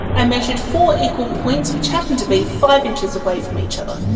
i measured four equal points which happened to be five inches away from each other.